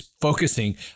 focusing